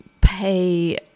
pay